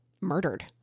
murdered